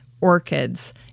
Orchids